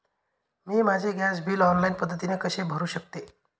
मी माझे gas bill online पद्धतीने कसे भरु शकते?